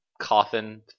coffin